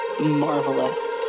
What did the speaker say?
marvelous